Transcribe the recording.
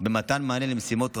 במתן מענה למשימות רבות,